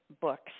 books